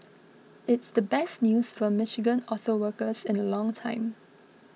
it's the best news for Michigan auto workers in the long time